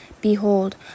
Behold